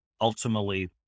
ultimately